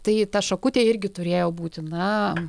tai ta šakutė irgi turėjo būti na